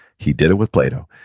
he did it with plato.